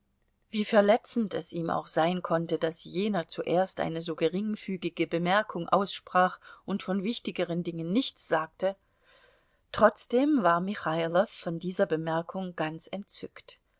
wie verletzend es ihm auch sein konnte daß jener zuerst eine so geringfügige bemerkung aussprach und von wichtigeren dingen nichts sagte trotzdem war michailow von dieser bemerkung ganz entzückt